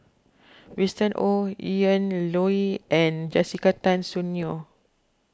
Winston Oh Ian Loy and Jessica Tan Soon Neo